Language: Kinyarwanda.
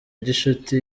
gicuti